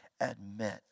admit